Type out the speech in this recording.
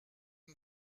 une